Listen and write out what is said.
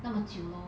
那么久 lor